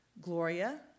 Gloria